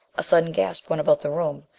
a sudden gasp went about the room.